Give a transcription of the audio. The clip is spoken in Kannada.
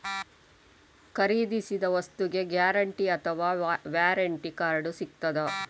ಖರೀದಿಸಿದ ವಸ್ತುಗೆ ಗ್ಯಾರಂಟಿ ಅಥವಾ ವ್ಯಾರಂಟಿ ಕಾರ್ಡ್ ಸಿಕ್ತಾದ?